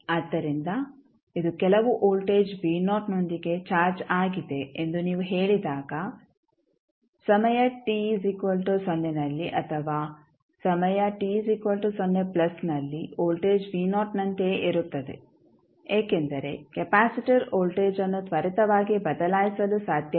ಆದ್ದರಿಂದ ಇದು ಕೆಲವು ವೋಲ್ಟೇಜ್ ಯೊಂದಿಗೆ ಚಾರ್ಜ್ ಆಗಿದೆ ಎಂದು ನೀವು ಹೇಳಿದಾಗ ಸಮಯ t 0 ನಲ್ಲಿ ಅಥವಾ ಸಮಯ t 0 ನಲ್ಲಿ ವೋಲ್ಟೇಜ್ ನಂತೆಯೇ ಇರುತ್ತದೆ ಏಕೆಂದರೆ ಕೆಪಾಸಿಟರ್ ವೋಲ್ಟೇಜ್ಅನ್ನು ತ್ವರಿತವಾಗಿ ಬದಲಾಯಿಸಲು ಸಾಧ್ಯವಿಲ್ಲ